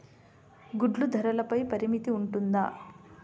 గుడ్లు ధరల పై పరిమితి ఉంటుందా?